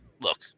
Look